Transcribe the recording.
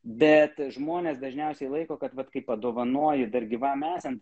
bet žmonės dažniausiai laiko kad bet kai padovanoju dar gyvam esant